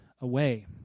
away